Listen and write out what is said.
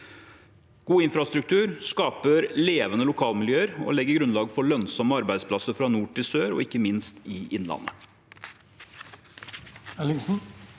God infrastruktur skaper levende lokalmiljøer og legger grunnlag for lønnsomme arbeidsplasser fra nord til sør – og ikke minst i Innlandet.